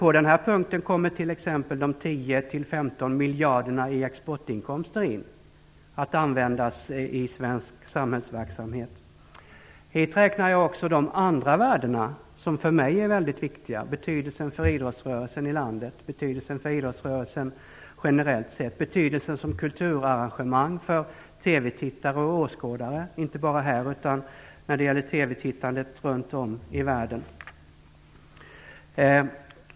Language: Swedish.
På den här punkten kommer t.ex. de 10-15 miljarderna i exportinkomster in, att användas i svensk samhällsverksamhet. Hit räknar jag också de andra värden som för mig är väldigt viktiga: betydelsen för idrottsrörelsen i landet, betydelsen för idrottsrörelsen generellt sett, betydelsen som kulturarrangemang för TV-tittare och åskådare inte bara här utan när det gäller TV-tittandet runt om i världen.